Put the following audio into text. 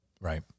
Right